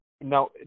now